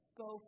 go